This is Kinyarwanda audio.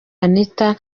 anita